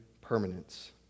permanence